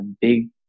big